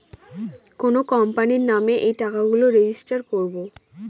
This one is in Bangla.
কোনো কোম্পানির নামে এই টাকা গুলো রেজিস্টার করবো